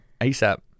ASAP